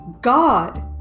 God